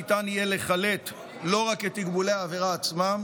ניתן יהיה לחלט לא רק את תקבולי העבירה עצמם